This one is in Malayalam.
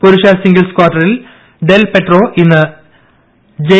പുരുഷ സിംഗിൾസ് കാർട്ടറിൽ ഡെൽ പെട്രോ ഇന്ന് ജെ